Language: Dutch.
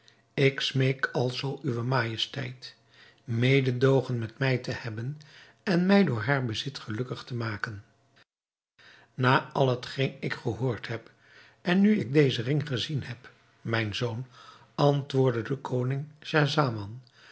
ik smeek alzoo uwe majesteit mededoogen met mij te hebben en mij door haar bezit gelukkig te maken na al hetgeen ik gehoord heb en nu ik dezen ring gezien heb mijn zoon antwoordde de koning schahzaman